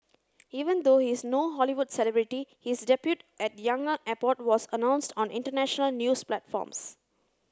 even though he is no Hollywood celebrity his debut at Yangon airport was announced on international news platforms